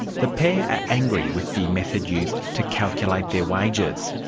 the pair are angry with the method used to calculate their wages.